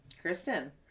Kristen